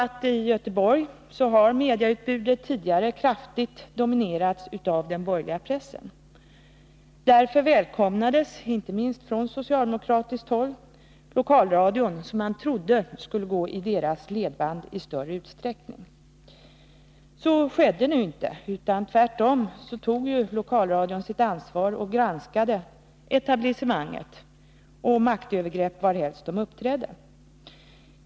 I Göteborg har mediautbudet tidigare kraftigt dominerats av den borgerliga pressen. Därför välkomnades, inte minst från socialdemokratiskt håll, lokalradion, som man trodde skulle gå i deras ledband i större utsträckning. Så skedde nu inte. Tvärtom tog lokalradion sitt ansvar och granskade etablissemanget och maktövergrepp varhelst de uppträdde.